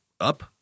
up